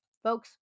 Folks